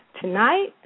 Tonight